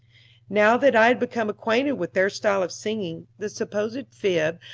now that i had become acquainted with their style of singing, the supposed fib,